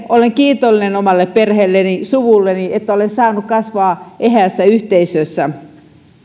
olen kiitollinen omalle perheelleni ja suvulleni että olen saanut kasvaa eheässä yhteisössä